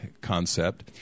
concept